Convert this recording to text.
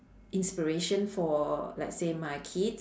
inspiration for let's say my kids